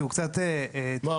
כי הוא קצת --- מה,